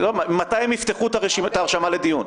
מתי הם יפתחו את ההרשמה לדיון?